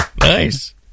Nice